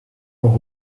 auch